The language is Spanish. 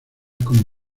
como